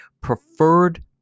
Preferred